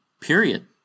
period